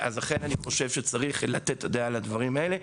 לכן אני חושב שצריך את הדעת על הדברים האלה.